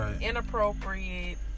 inappropriate